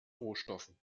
rohstoffen